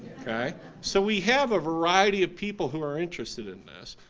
ah so we have a variety of people who are interested in this,